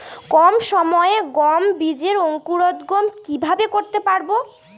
কম সময়ে গম বীজের অঙ্কুরোদগম কিভাবে করতে পারব?